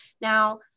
Now